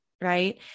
Right